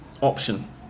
option